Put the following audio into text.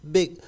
Big